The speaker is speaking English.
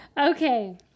Okay